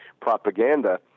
propaganda